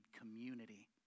community